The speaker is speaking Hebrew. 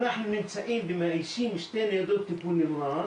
אנחנו נמצאים ומאיישים שתי ניידות טיפול נמרץ,